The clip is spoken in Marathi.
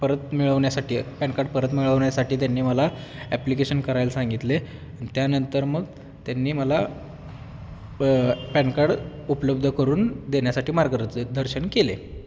परत मिळवण्यासाठी पॅन कार्ड परत मिळवण्यासाठी त्यांनी मला ॲप्लिकेशन करायला सांगितले त्यानंतर मग त्यांनी मला प पॅन कार्ड उपलब्ध करून देण्यासाठी मार्गदर्शन केले